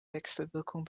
wechselwirkung